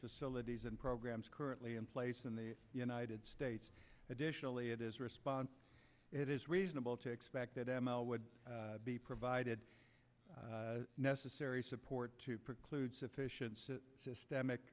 facilities and programs currently in place in the united states additionally it is response it is reasonable to expect that m l would be provided necessary support to preclude sufficient systemic